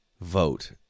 vote